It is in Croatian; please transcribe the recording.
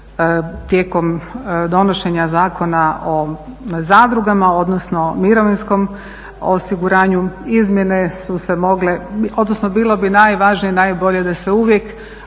tijekom donošenja Zakona o zadrugama, odnosno mirovinskom osiguranju. Izmjene su se moglo, odnosno bilo bi najvažnije i najbolje da se uvijek